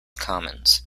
commons